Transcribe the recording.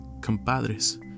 compadres